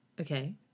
Okay